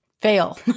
fail